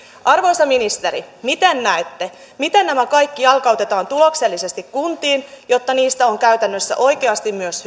arvoisa ministeri miten näette miten nämä kaikki jalkautetaan tuloksellisesti kuntiin jotta niistä on käytännössä oikeasti myös